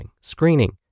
screening